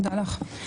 תודה לך.